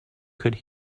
could